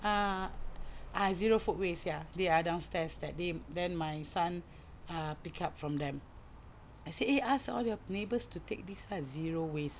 a'ah ah zero food waste ya they are downstairs that day then my son uh pick up from them I said eh ask all your neighbours to take ah this zero waste